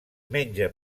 menja